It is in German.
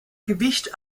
gewicht